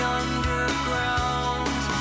underground